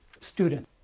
Student